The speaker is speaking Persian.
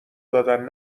دادن